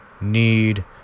need